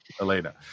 Elena